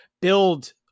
build